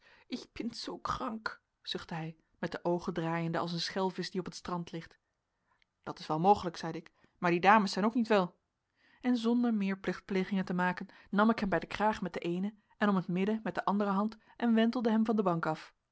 pin so krank zuchtte hij met de oogen draaiende als een schelvisch die op het strand ligt dat is wel mogelijk zeide ik maar die dames zijn ook niet wel en zonder meer plichtplegingen te maken nam ik hem bij de kraag met de eene en om het midden met de andere hand en wentelde hem van de bank af